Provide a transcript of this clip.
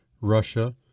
Russia